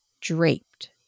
draped